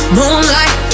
moonlight